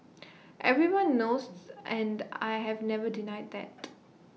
everyone knows and I have never denied that